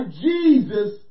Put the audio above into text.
Jesus